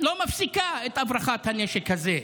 לא מפסיקה את הברחת הנשק הזה.